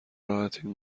راحتین